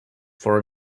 for